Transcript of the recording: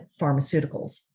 pharmaceuticals